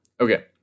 Okay